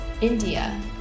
India